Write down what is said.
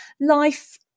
Life